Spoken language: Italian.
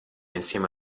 insieme